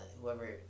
whoever